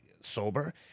sober